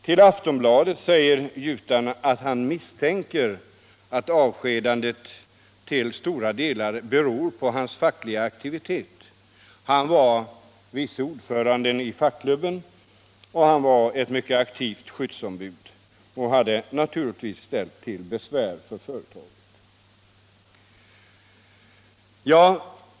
Till Aftonbladet säger gjutaren att han misstänker att avskedandet till stor del beror på hans fackliga aktivitet — han var vice ordförande i fackklubben och eu mycket aktivt skyddsombud och hade naturligtvis ställt till besvär för företaget.